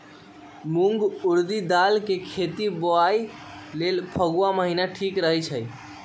मूंग ऊरडी दाल कें खेती बोआई लेल फागुन महीना ठीक होई छै